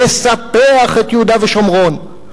נספח את יהודה ושומרון.